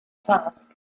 task